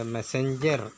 Messenger